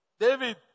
David